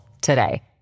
today